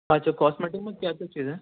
اچھا کوسمیٹک میں کیا کیا چاہئیں